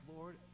Lord